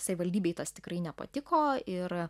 savivaldybei tas tikrai nepatiko ir